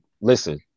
listen